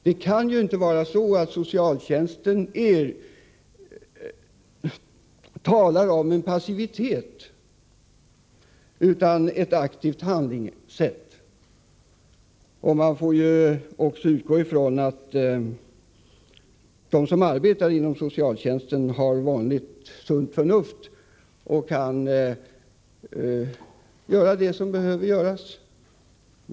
Det är ju inte så att socialtjänstlagen talar om passivitet, utan den talar i stället om ett aktivt handlande. Man får också utgå från att de som arbetar inom socialtjänsten har vanligt sunt förnuft och kan göra det som behöver göras.